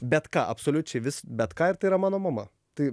bet ką absoliučiai vis bet ką ir tai yra mano mama tai